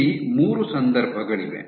ಇಲ್ಲಿ ಮೂರು ಸಂದರ್ಭಗಳಿವೆ